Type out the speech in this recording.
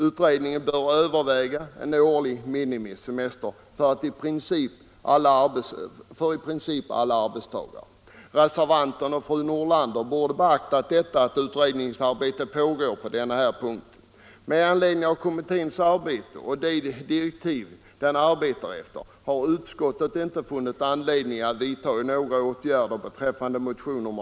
Utredningen bör överväga en årlig minimisemester för i princip alla arbetstagare. Reservanten och fru Nordlander borde beakta det utredningsarbete som här pågår. Med anledning av kommitténs arbete och de direktiv som den arbetar efter har utskottet inte funnit anledning att vidta några åtgärder beträffande motionen 40.